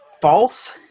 False